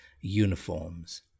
uniforms